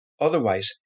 Otherwise